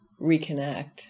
reconnect